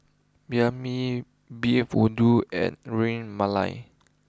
Banh Mi Beef Vindaloo and Ras Malai